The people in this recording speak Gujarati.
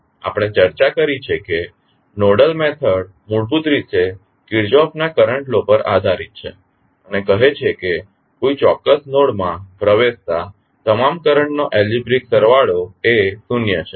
આપણે ચર્ચા કરી છે કે નોડલ મેથડ મૂળભૂત રીતે કિર્ચોફના current law Kirchhoff's current law પર આધારિત છે અને કહે છે કે કોઈ ચોક્કસ નોડ માં પ્રવેશતા તમામ કરંટ નો એલ્જીબ્રીક સરવાળો એ શૂન્ય છે